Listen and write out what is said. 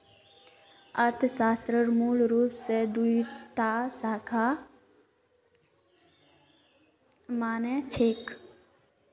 अर्थशास्त्रक मूल रूपस दी टा शाखा मा न छेक